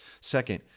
Second